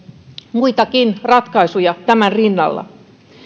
muitakin ratkaisuja tämän rinnalla